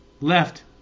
left